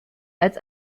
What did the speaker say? als